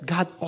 God